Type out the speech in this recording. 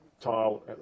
tile